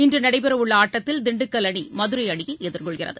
இன்று நடைபெற உள்ள ஆட்டத்தில் திண்டுக்கல் அணி மதுரை அணியை எதிர்கொள்கிறது